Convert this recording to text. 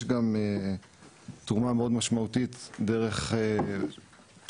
יש גם תרומה מאוד משמעותית דרך התרומה